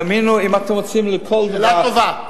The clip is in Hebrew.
תאמינו, אם אתם רוצים, על כל דבר, שאלה טובה.